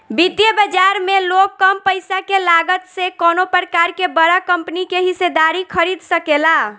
वित्तीय बाजार में लोग कम पईसा के लागत से कवनो प्रकार के बड़ा कंपनी के हिस्सेदारी खरीद सकेला